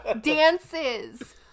dances